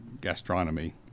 gastronomy